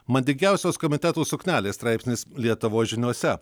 madingiausios komitetų suknelės straipsnis lietuvos žiniose